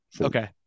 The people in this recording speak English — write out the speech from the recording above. Okay